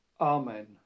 Amen